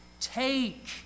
Take